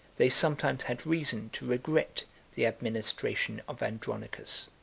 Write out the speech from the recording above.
they sometimes had reason to regret the administration of andronicus.